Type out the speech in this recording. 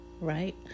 right